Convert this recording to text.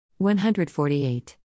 148